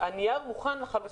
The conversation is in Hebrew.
הנייר מוכן לחלוטין.